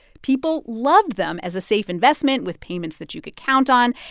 people loved them as a safe investment with payments that you could count on.